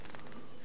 פוליטיקאים